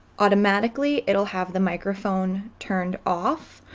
automatically it'll have the microphone turned off,